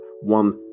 one